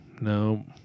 No